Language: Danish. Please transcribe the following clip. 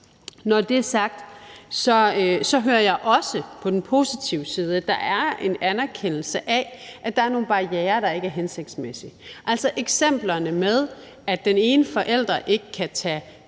Når det er sagt, hører jeg også på den positive side, at der er en anerkendelse af, at der er nogle barrierer, der ikke er hensigtsmæssige. Altså, eksemplerne med, at den ene forælder ikke kan tage